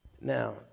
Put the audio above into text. Now